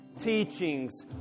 teachings